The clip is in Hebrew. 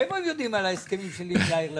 מאיפה הם יודעים על ההסכמים שלי עם יאיר לפיד?